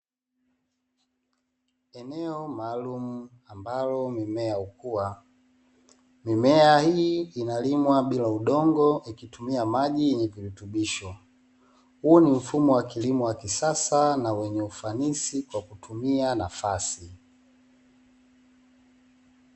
Eneo maalumu ambalo mimea hukua. Mimea hii inalimwa bila udongo, ikitumia maji yenye virutubisho. Huu ni mfumo wa kilimo wa kisasa, na wenye ufanisi kwa kutumia nafasi.